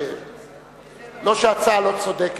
לא שההצעה לא צודקת.